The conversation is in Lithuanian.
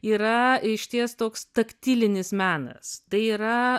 yra išties toks taktilinis menas tai yra